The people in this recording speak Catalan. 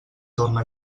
torna